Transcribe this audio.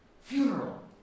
funeral